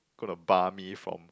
gonna bar me from